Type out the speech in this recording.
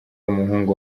umuhungu